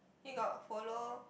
you got follow